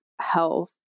health